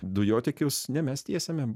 dujotiekius ne mes tiesiame